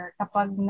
kapag